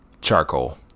charcoal